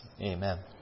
Amen